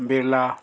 Birla